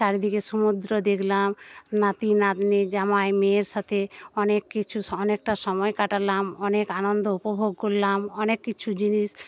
চারিদিকে সমুদ্র দেখলাম নাতি নাতনী জামাই মেয়ের সাথে অনেক কিছু অনেকটা সময় কাটালাম অনেক আনন্দ উপভোগ করলাম অনেক কিছু জিনিস